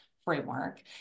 framework